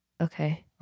Okay